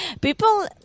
people